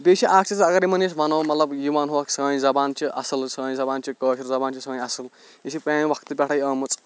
بیٚیہِ چھُ اکھ چیٖز اَگر یِمن أسۍ وَنو مطلب یہِ ونہوکھ سٲنۍ زَبان چھِ اَصٕل سٲنۍ زَبان چھِ کٲشر زَبان چھِ سٲنۍ اَصٕل یہِ چھِ پرانہِ وقتہٕ پٮ۪ٹھٕے آمٕژ